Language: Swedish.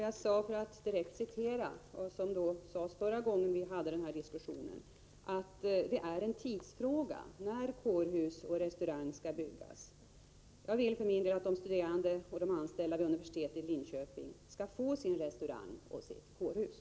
Jag sade — för att direkt återge vad som anfördes förra gången vi förde den här diskussionen — att det är en tidsfråga när kårhus och restaurang skall byggas. Jag vill för min del att de studerande och de anställda vid universitetet i Linköping skall få sin restaurang och sitt kårhus.